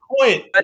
point